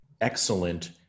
excellent